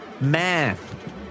math